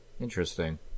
interesting